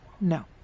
No